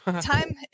Time